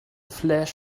flash